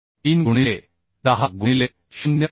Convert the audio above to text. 3 गुणिले 10 गुणिले 0